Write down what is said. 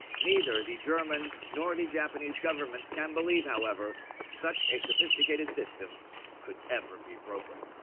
neither the german nor the japanese governments can believe, however, that such a sophisticated system could ever be broken.